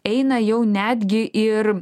eina jau netgi ir